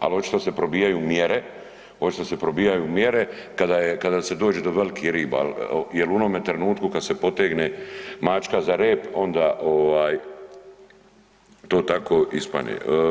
ali očito se probijaju mjere, očito se probijaju mjere kada se dođe do velikih riba jer u onome trenutku kad se potegne mačka za rep, onda to tako ispadne.